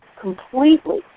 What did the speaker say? completely